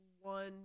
one